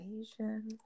Asian